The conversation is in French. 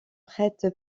prête